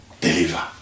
Deliver